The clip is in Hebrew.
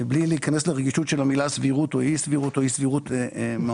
בלי להיכנס לרגישות של המילה סבירות או אי סבירות או אי סבירות מהותית.